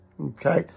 Okay